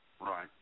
right